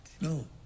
No